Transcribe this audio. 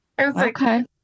Okay